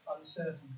uncertainty